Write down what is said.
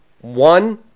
One